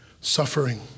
Suffering